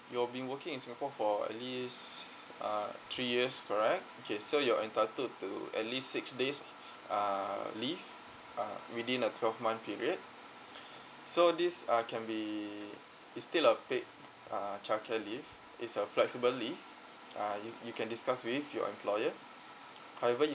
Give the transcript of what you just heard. you've been working in singapore for at least uh three years correct okay so you're entitled to at least six days uh leave uh within a twelve month period so this uh can be it's still a paid uh childcare leave it's a flexible leave uh you you can discuss with your employer however you